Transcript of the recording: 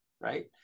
right